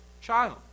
child